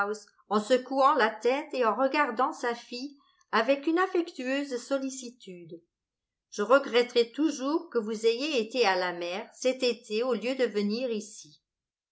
en secouant la tête et en regardant sa fille avec une affectueuse sollicitude je regretterai toujours que vous ayez été à la mer cet été au lieu de venir ici